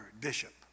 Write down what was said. bishop